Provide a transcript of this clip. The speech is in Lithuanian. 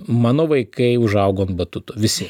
mano vaikai užaugo ant batuto visi